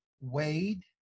wade